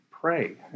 pray